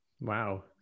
wow